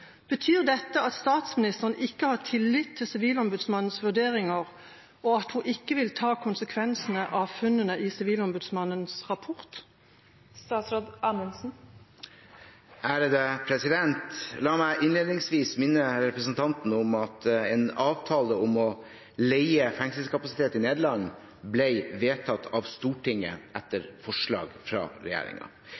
Betyr dette at statsministeren ikke har tillit til Sivilombudsmannens vurderinger og at hun ikke vil ta konsekvensene av funnene i Sivilombudsmannens rapport?» La meg innledningsvis minne representanten om at en avtale om å leie fengselskapasitet i Nederland ble vedtatt av Stortinget, etter